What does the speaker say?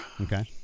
Okay